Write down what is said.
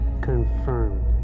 Confirmed